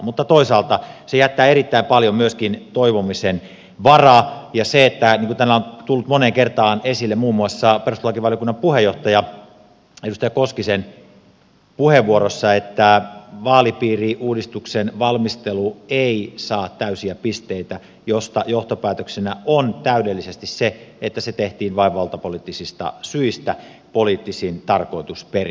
mutta toisaalta se jättää erittäin paljon myöskin toivomisen varaa ja niin kuin täällä on tullut moneen kertaan esille muun muassa perustuslakivaliokunnan puheenjohtaja edustaja koskisen puheenvuorossa vaalipiiriuudistuksen valmistelu ei saa täysiä pisteitä mistä johtopäätöksenä on täydellisesti se että se tehtiin vain valtapoliittisista syistä poliittisin tarkoitusperin